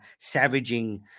savaging